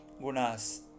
gunas